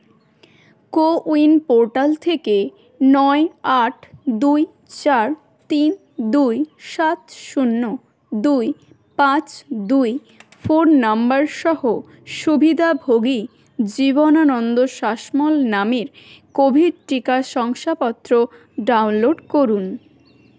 CoWIN portal থেকে নয় আট দুই চার তিন দুই সাত শূন্য দুই পাঁচ দুই ফোন নম্বর সহ সুবিধাভোগী জীবনানন্দ শাসমল নামের কোভিড টিকা শংসাপত্র ডাউনলোড করুন